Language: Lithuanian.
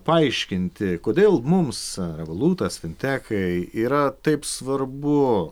paaiškinti kodėl mums revolutas fintechai yra taip svarbu